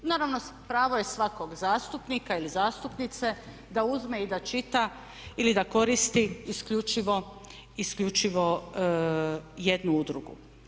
Naravno, pravo je svakog zastupnika ili zastupnice da uzme i da čita ili da koristi isključivo, isključivo jednu udrugu.